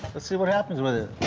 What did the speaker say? let's see what happens with it.